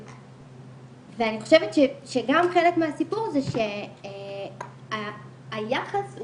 ואני חושבת שגם חלק מהסיפור זה שהיחס הוא